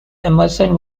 emerson